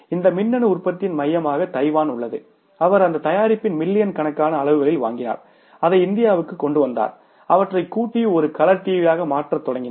இந்த மிண்ணனு உற்பத்தியின் மையமாக தைவான் உள்ளது அவர் அந்த தயாரிப்பை மில்லியன் கணக்கான அலகுகளில் வாங்கினார் அதை இந்தியாவுக்குக் கொண்டு வந்தார் அவற்றைக் கூட்டி ஒரு கலர் டிவியாக மாற்றத் தொடங்கினார்